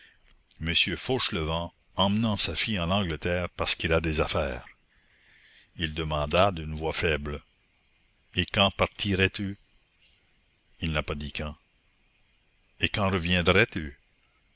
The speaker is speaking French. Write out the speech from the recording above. m fauchelevent emmenant sa fille en angleterre parce qu'il a des affaires il demanda d'une voix faible et quand partirais tu il n'a pas dit quand et quand reviendrais-tu